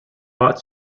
hot